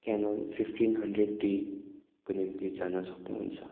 Canon fifteen hundred डीको निम्ति जान सक्नुहुन्छ